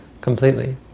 completely